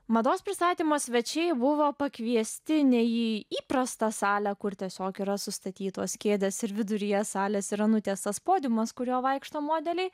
mados pristatymo svečiai buvo pakviesti ne į įprastą salę kur tiesiog yra sustatytos kėdės ir viduryje salės yra nutiestas podiumas kuriuo vaikšto modeliai